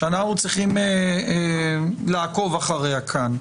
שאנחנו צריכים לעקוב אחריה כאן,